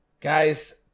guys